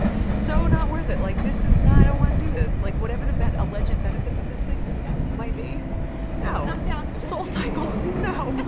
so not worth it. like, this is not, i don't wanna do this. like, whatever the ben, alleged benefits of this thing yeah might be not down, soulcycle. no.